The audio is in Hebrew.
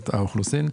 האוכלוסין.